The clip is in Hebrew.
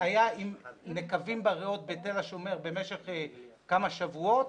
והיה עם נקבים בריאות בתל השומר במשך כמה שבועות.